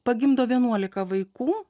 pagimdo vienuolika vaikų